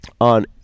on